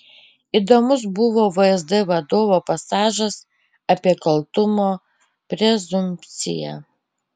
įdomus buvo vsd vadovo pasažas apie kaltumo prezumpciją